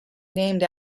named